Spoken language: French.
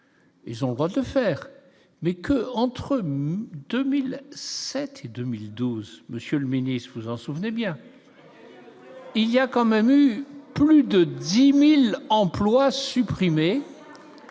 leçons et son rôle de faire mais que, entre 2007, 2012, monsieur le ministre, vous en souvenez bien. Il y a quand même plus de 10000 emplois supprimés,